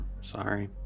Sorry